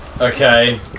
okay